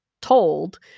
told